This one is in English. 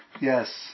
yes